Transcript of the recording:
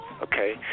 Okay